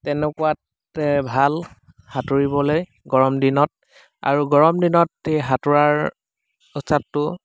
তেনেকুৱাত এ ভাল সাঁতুৰিবলৈ গৰম দিনত আৰু গৰম দিনত এই সাঁতোৰাৰ